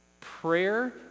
Prayer